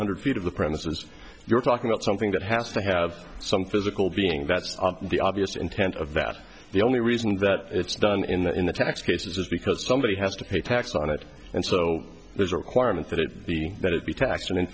hundred feet of the premises you're talking about something that has to have some physical being that's the obvious intent of that the only reason that it's done in the in the tax case is because somebody has to pay tax on it and so there's a requirement that it be that it be taxed and in